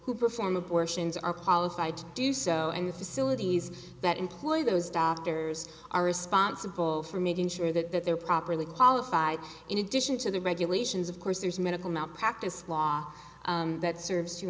who perform abortions are qualified to do so and the facilities that employ those doctors are responsible for making sure that they're properly qualified in addition to the regulations of course there's medical malpractise law that serves to